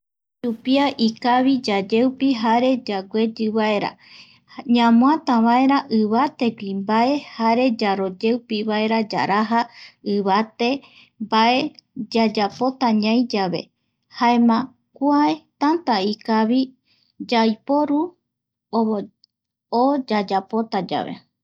Yupia ikavi yayeupi jare yagueyi vaera, ñamoata vaera ivategui mbae jare yaroyeupi vaera yaraja ivate mbae yayapota ñai yave, jaema kuae tanta ikavi yaiporu o o yayapota yave